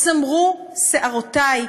סמרו שיערותי.